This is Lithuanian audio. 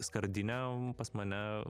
skardinę pas mane